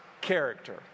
character